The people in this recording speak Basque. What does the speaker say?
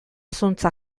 zuntza